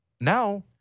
Now